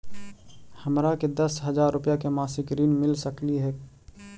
हमरा के दस हजार रुपया के मासिक ऋण मिल सकली हे?